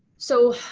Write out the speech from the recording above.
so,